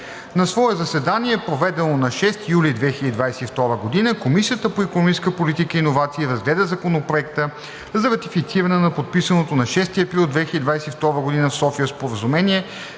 На свое заседание, проведено на 6 юли 2022 г., Комисията по икономическа политика и иновации разгледа Законопроекта за ратифициране на подписаното на 6 април 2022 г. в София Споразумение